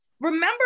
remember